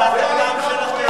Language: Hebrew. זו תפיסת העולם שלכם.